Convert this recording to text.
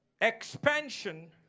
expansion